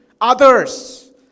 Others